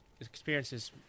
experiences